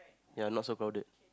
ya not so crowded